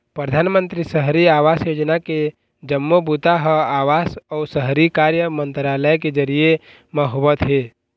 परधानमंतरी सहरी आवास योजना के जम्मो बूता ह आवास अउ शहरी कार्य मंतरालय के जरिए म होवत हे